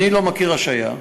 אני לא מכיר השעיה.